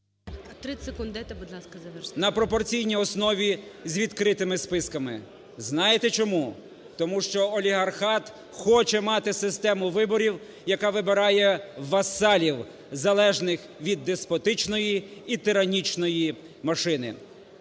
…на пропорційній основі з відкритими списками. Знаєте, чому? Тому щоолігархат хоче мати систему виборів, яка вибирає васалів, залежних від деспотичної і тиранічної машини.